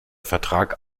vertrag